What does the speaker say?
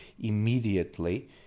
immediately